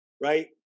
right